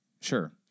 sure